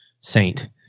Saint